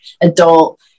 adult